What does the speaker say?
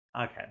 Okay